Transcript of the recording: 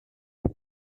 eux